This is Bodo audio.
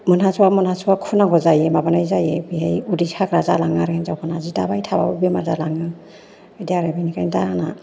मोनहास'या मोनहास'या खुनांगौ जायो माबानाय जायो बेहाय उदै साग्रा जालाङो आरो हिन्जावफोरना जि दाबाय थाबाबो बेमार जालाङो बिदि आरो बेनिखायनो द आंना